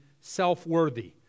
self-worthy